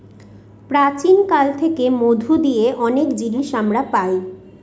প্রাচীন কাল থেকে মধু দিয়ে অনেক জিনিস আমরা পায়